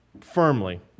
firmly